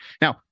Now